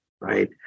Right